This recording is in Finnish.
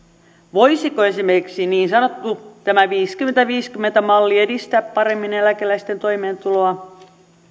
voisiko esimerkiksi tämä niin sanottu viisikymmentä viiva viisikymmentä malli edistää paremmin eläkeläisten toimeentuloa